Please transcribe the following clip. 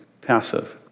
passive